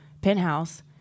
penthouse